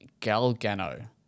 Galgano